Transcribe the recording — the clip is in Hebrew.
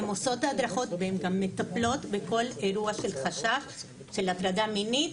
הן עושות הדרכות והן גם מטפלות בכל אירוע של חשש של הטרדה מינית,